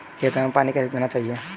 खेतों में पानी कैसे देना चाहिए?